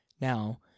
now